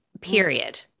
period